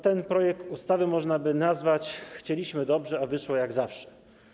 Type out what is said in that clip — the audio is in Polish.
Ten projekt ustawy można by nazwać: chcieliśmy dobrze, a wyszło jak zawsze.